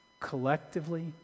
collectively